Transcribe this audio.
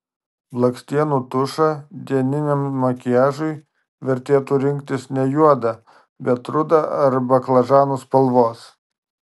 blakstienų tušą dieniniam makiažui vertėtų rinktis ne juodą bet rudą ar baklažanų spalvos